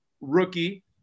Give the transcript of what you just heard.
rookie